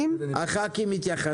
תנו